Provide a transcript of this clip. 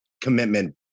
commitment